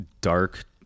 dark